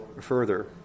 further